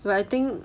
but I think